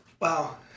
Wow